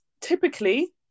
typically